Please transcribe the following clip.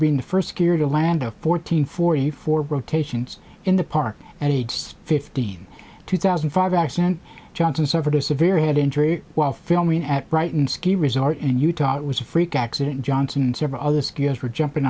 being the first gear to land of fourteen forty four rotations in the park at fifteen two thousand five action johnson suffered a severe head injury while filming at brighton ski resort in utah it was a freak accident johnson and several other skiers are jumping